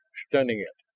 stunning it.